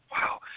wow